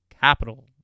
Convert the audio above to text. capital